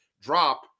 drop